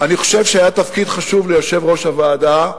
אני חושב שהיה תפקיד חשוב ליושב-ראש הוועדה ולוועדה,